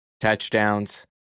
touchdowns